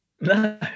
No